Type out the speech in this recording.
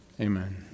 amen